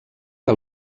que